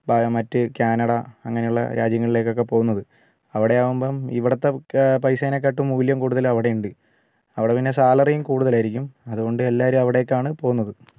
മറ്റു കാനഡ അങ്ങനെയുള്ള രാജ്യങ്ങളിലേക്കൊക്കെ പോകുന്നത് അവിടെ ആവുമ്പം ഇവിടുത്തെ പൈസേനെക്കാളും മൂല്യം കൂടുതൽ അവിടെയുണ്ട് അവിടെ പിന്നെ സാലറിയും കൂടുതലായിരിക്കും അതുകൊണ്ട് എല്ലാവരും അവിടേയ്ക്കാണ് പോവുന്നത്